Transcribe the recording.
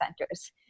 centers